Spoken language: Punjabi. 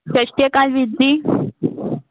ਸਤਿ ਸ਼੍ਰੀ ਅਕਾਲ ਵੀਰ ਜੀ